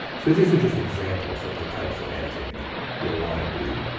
so these are just examples of the types of editing but we'll want to do.